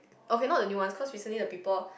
okay not the new ones cause recently the people